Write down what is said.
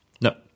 No